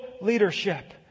leadership